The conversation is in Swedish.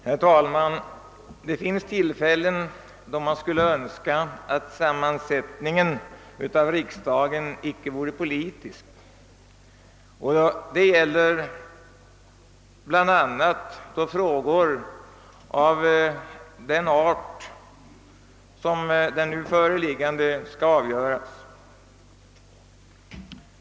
Herr talman! Det finns tillfällen då man Önskar att sammansättningen av riksdagen icke vore politisk. Så är fallet bl.a. då frågor av den art som den föreliggande skall avgöras.